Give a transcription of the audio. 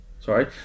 Sorry